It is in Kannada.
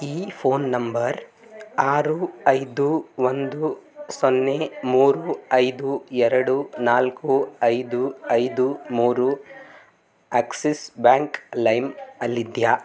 ಈ ಫೋನ್ ನಂಬರ್ ಆರು ಐದು ಒಂದು ಸೊನ್ನೆ ಮೂರು ಐದು ಎರಡು ನಾಲ್ಕು ಐದು ಐದು ಮೂರು ಆಕ್ಸಿಸ್ ಬ್ಯಾಂಕ್ ಲೈಮ್ ಅಲ್ಲಿದೆಯಾ